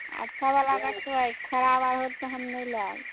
अच्छा बला रखबै खराब आर होयत तऽ हम नहि लेब